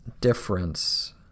difference